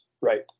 Right